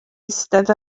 eistedd